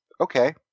Okay